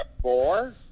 Four